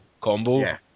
combo